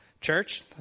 Church